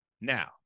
Now